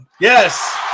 Yes